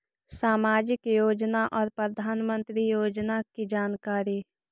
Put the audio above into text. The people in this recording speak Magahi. समाजिक योजना और प्रधानमंत्री योजना की जानकारी?